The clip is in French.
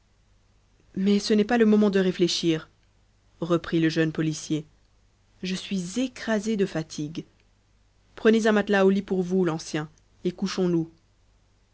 mais ce n'est pas le moment de réfléchir reprit le jeune policier je suis écrasé de fatigue prenez un matelas au lit pour vous l'ancien et